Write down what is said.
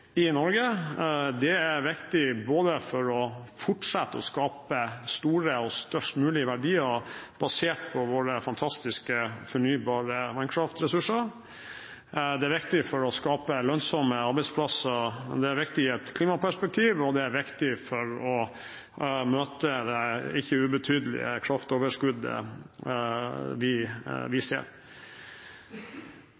i Norge er viktig for å fortsette å skape store – og størst mulige – verdier basert på våre fantastiske fornybare vannkraftressurser, det er viktig for å skape lønnsomme arbeidsplasser, det er viktig i et klimaperspektiv, og det er viktig for å møte det ikke ubetydelige kraftoverskuddet vi ser. Med dette lovforslaget følger regjeringen opp Sundvolden-erklæringen. Vi